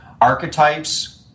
archetypes